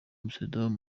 amsterdam